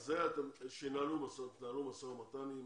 על זה שינהלו משא ומתן עם